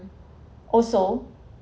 also